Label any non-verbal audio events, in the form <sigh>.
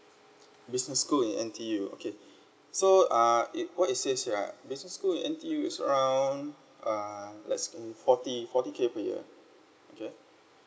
business school in N_T_U okay <breath> so err it what it says here ah business school in N_T_U is around uh let's forty forty K per year okay